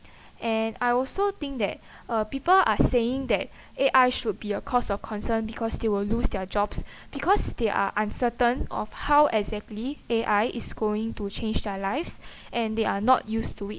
and I also think that uh people are saying that A_I should be a cause of concern because they will lose their jobs because they are uncertain of how exactly A_I is going to change their lives and they are not used to it